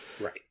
Right